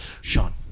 Sean